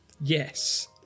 Yes